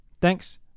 Thanks